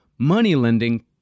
moneylending